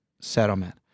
settlement